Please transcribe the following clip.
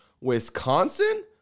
Wisconsin